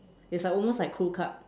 is like almost like crew cut